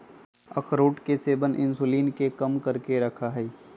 अखरोट के सेवन इंसुलिन के कम करके रखा हई